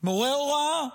מורה הוראה,